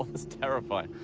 that's terrifying.